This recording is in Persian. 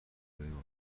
وارداتی